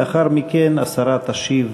לאחר מכן השרה תשיב